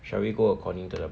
shall we go according to the